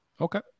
Okay